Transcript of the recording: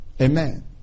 Amen